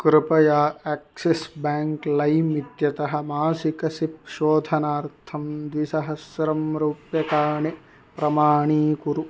कृपया Axis bank लैम् इत्यतः मासिकं सिप् शोधनार्थं द्विसहस्रं रूप्यकाणि प्रमाणीकुरु